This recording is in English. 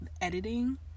editing